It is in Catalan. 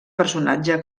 personatge